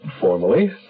Formally